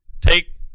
take